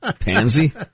Pansy